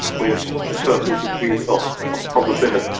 with a certain degree of probability.